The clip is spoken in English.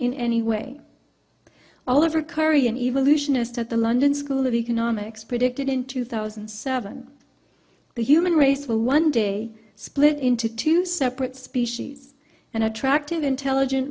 in any way all over korean evolution is that the london school of economics predicted in two thousand and seven the human race will one day split into two separate species an attractive intelligent